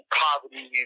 poverty